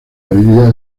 orilla